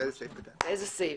לאיזה סעיף.